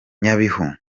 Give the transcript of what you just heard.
nyabihu